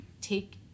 take